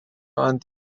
ant